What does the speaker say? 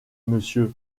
monsieur